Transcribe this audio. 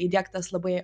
įdiegtas labai